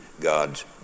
God's